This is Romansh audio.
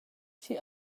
chi